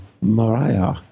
mariah